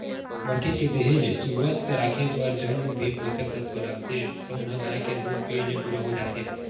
मनखे के देहे ल सुवस्थ राखे बर जउन भी पोसक तत्व लागथे तउन ह गाय के दूद पीए ले पूरा हो जाथे